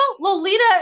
Lolita